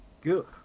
Good